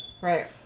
Right